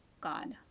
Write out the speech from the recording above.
God